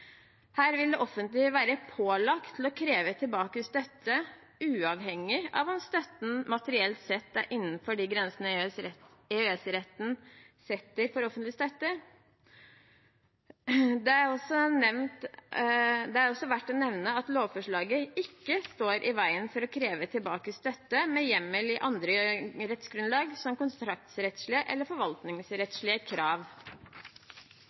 Her vil det offentlige være pålagt å kreve tilbake støtte uavhengig av om støtten materielt sett er innenfor de grensene EØS-retten setter for offentlig støtte. Det er også verdt å nevne at lovforslaget ikke står i veien for å kreve tilbake støtte med hjemmel i andre rettsgrunnlag, som kontraktsrettslige eller forvaltningsrettslige krav.